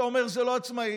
אתה אומר שזה לא עצמאית,